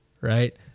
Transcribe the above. right